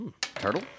Turtle